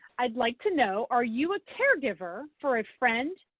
i'd like to know are you a caregiver for a friend,